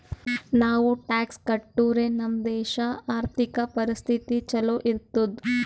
ನಾವು ಟ್ಯಾಕ್ಸ್ ಕಟ್ಟುರೆ ನಮ್ ದೇಶ ಆರ್ಥಿಕ ಪರಿಸ್ಥಿತಿ ಛಲೋ ಇರ್ತುದ್